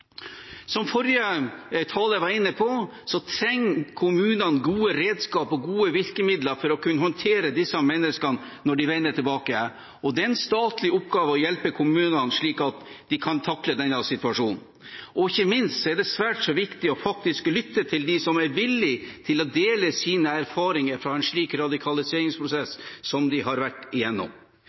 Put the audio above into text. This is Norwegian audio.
Som forrige taler var inne på, trenger kommunene gode redskap og gode virkemidler for å kunne håndtere disse menneskene når de vender tilbake. Det er en statlig oppgave å hjelpe kommunene slik at de kan takle denne situasjonen. Ikke minst er det svært så viktig faktisk å lytte til dem som er villige til å dele sine erfaringer fra en slik radikaliseringsprosess som de har vært igjennom.